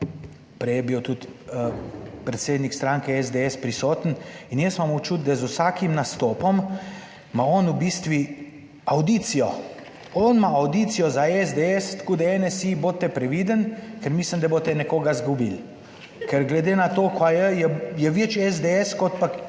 prej je bil tudi predsednik stranke SDS prisoten in jaz imam občutek, da z vsakim nastopom ima on v bistvu avdicijo, on ima avdicijo za SDS, tako da NSi, bodite previden, ker mislim, da boste nekoga izgubili. Ker glede na to, kaj je, je večji SDS kot pa